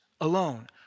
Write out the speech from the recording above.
alone